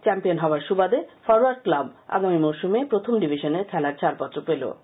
champion হওয়ার সুবাদে forward club আগামী মরশুমে প্রথম ডিভিশনে খেলার ছাডপত্র পেলো